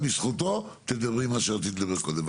בזכותו, תגיד את מה שרצית להגיד קודם.